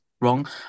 Wrong